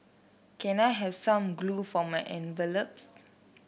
can I have some glue for my envelopes